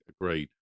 Agreed